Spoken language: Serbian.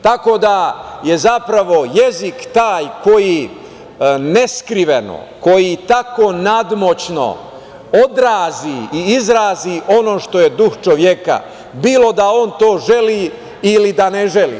Tako da je jezik taj koji neskriveno, koji tako nadmoćno odrazi i izrazi ono što je duh čoveka, bilo da on to želi ili da ne želi.